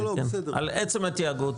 על עצם התיאגוד.